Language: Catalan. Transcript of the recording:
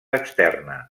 externa